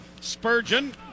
Spurgeon